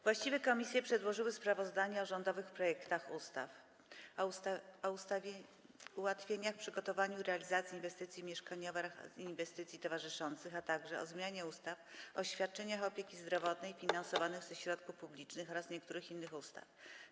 Właściwe komisje przedłożyły sprawozdania o rządowych projektach ustaw: - o ułatwieniach w przygotowaniu i realizacji inwestycji mieszkaniowych oraz inwestycji towarzyszących, - o zmianie ustawy o świadczeniach opieki zdrowotnej finansowanych ze środków publicznych oraz niektórych innych ustaw.